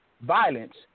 violence